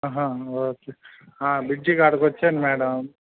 okay bridge కాడకు వచ్చాను madam